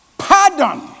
Pardon